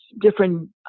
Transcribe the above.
different